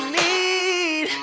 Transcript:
need